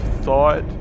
thought